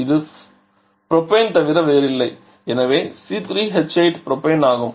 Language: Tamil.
இது புரோபேன் தவிர வேறில்லை எனவே C3H8 புரோபேன் ஆகும்